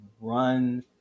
run